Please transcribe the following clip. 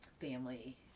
family